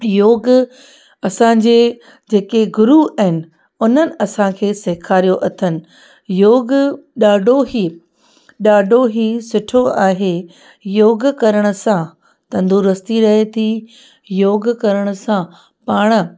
योग असांजे जेके गुरू आहिनि उन्हनि असांखे सेखारियो अथनि योग ॾाढो ई ॾाढो ई सुठो आहे योग करण सां तंदुरस्ती रहे थी योग करण सां पाण